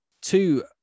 two